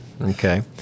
Okay